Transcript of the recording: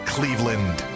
Cleveland